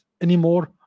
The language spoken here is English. anymore